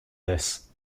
this